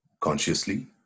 consciously